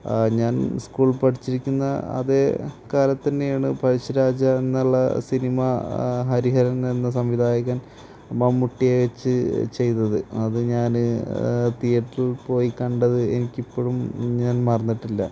ഞാൻ സ്കൂളിൽ പഠിച്ചിരിക്കുന്ന അതേ കാലത്തുതന്നെയാണ് പഴശ്ശിരാജ എന്നുള്ള സിനിമ ഹരിഹരൻ എന്ന സംവിധായകൻ മമ്മൂട്ടിയെ വച്ച് ചെയ്തത് അത് ഞാന് തീയേറ്ററിൽ പോയി കണ്ടത് എനിക്കിപ്പോഴും ഞാൻ മറന്നിട്ടില്ല